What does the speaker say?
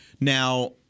Now